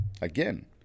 again